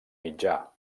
mitjà